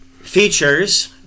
features